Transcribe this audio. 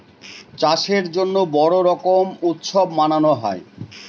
চাষের জন্য বড়ো রকম উৎসব মানানো হয়